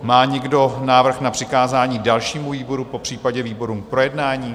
Má někdo návrh na přikázání dalšímu výboru, popřípadě výborům k projednání?